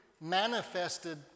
manifested